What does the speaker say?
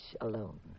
alone